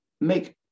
make